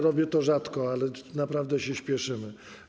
Robię to rzadko, ale naprawdę się spieszymy.